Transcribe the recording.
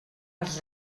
els